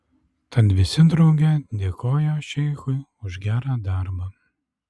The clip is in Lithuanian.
tad visi drauge dėkojo šeichui už gerą darbą